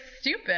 stupid